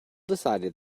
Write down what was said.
decided